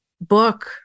book